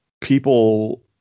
people